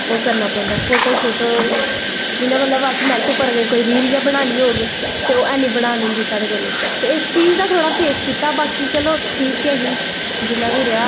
ओह् करनां पौंदा फोटो शोटो जियां अगर असैं नैट पर रील गै बनानी होग ते ओह् हैनी बनान होंदी साढ़े कोला दा ते इस चीज़ दा थोह्ड़ा फेस कीता बाकी चलो ठीक गै हा जियां बी रेहा